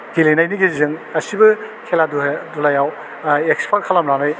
गेलेनायनि गेजेरजों गासैबो खेला दुला दुलायाव एक्सपार्ट खालामनानै